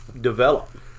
develop